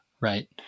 Right